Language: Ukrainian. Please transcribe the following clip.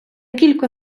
кілько